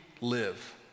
live